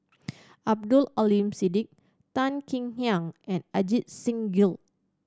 Abdul Aleem Siddique Tan Kek Hiang and Ajit Singh Gill